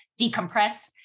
decompress